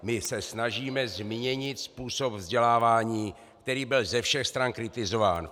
My se snažíme změnit způsob vzdělávání, který byl ze všech stran kritizován.